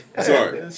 Sorry